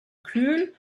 kühl